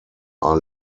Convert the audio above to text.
are